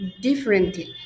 differently